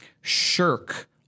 shirk